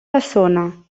bessona